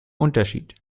unterschied